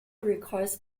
requests